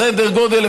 סדר גודל,